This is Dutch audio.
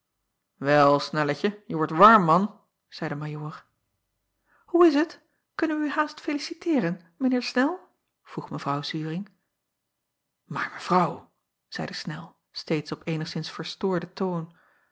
el nelletje je wordt warm man zeî de ajoor oe is t kunnen wij u haast feliciteeren mijn eer nel vroeg evrouw uring aar evrouw zeide nel steeds op eenigszins verstoorden toon